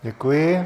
Děkuji.